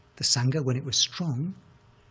the sangha, when it was strong,